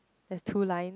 there's two line